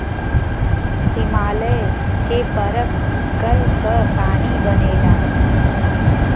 हिमालय के बरफ गल क पानी बनेला